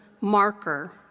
marker